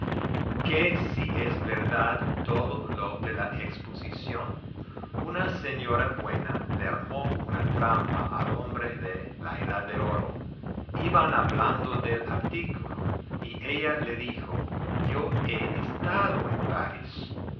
que si es verdad todo lo de la exposición una señora buena le armó una trampa al hombre de la edad de oro iban hablando del artículo y ella le dijo yo he estado en paris